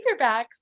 paperbacks